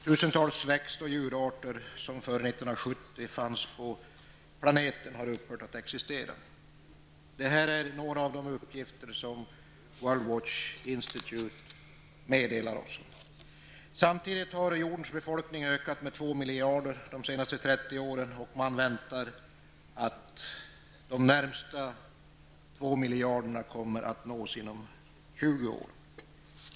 Tusentals växt och djurarter, som före 1970 fanns på planeten, har upphört att existera. Det här är några av de uppgifter som World Watch Institute har kommit med. Samtidigt har jordens befolkning ökat med 2 miljarder människor under de senaste 30 åren, och man räknar med att komma upp till nästa 2 miljarder inom 20 år.